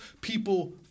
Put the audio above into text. People